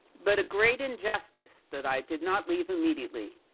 but a great injustice that i did not leave immediately.